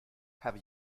have